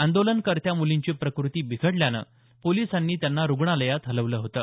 आंदोलनकर्त्या मुलींची प्रकृती बिघडल्यानं पोलिसांनी त्यांना रुग्णालयात हलवलं होतं